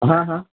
હા હા